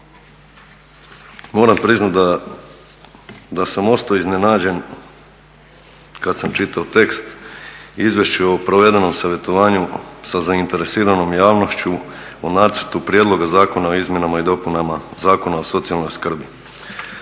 moram priznati da sam ostao iznenađen kad sam čitao tekst Izvješće o provedenom savjetovanju sa zainteresiranom javnošću o Nacrtu prijedloga zakona o izmjenama Zakona o socijalnoj skrbi.